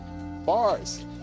Bars